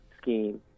scheme